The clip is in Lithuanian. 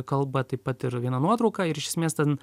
kalba taip pat ir viena nuotrauka ir iš esmės ten